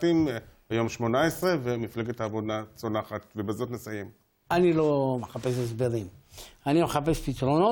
אנחנו לא חודש במושב,